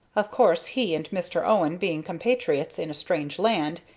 of course he and mr. owen, being compatriots in a strange land,